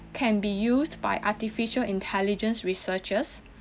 can be used by artificial intelligence researchers